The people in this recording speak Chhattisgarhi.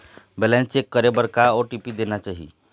बैलेंस चेक करे बर का ओ.टी.पी देना चाही?